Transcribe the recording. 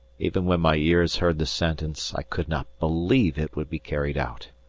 even when my ears heard the sentence, i could not believe it would be carried out.